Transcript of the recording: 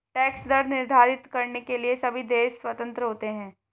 tax दर निर्धारित करने के लिए सभी देश स्वतंत्र होते है